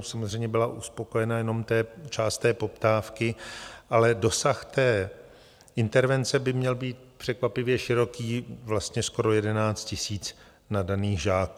Samozřejmě byla uspokojena jenom část poptávky, ale dosah té intervence by měl být překvapivě široký, vlastně skoro 11 000 nadaných žáků.